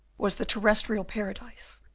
was the terrestrial paradise,